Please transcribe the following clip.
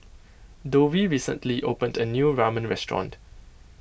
Dovie recently opened a new Ramen restaurant